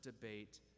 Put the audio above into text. debate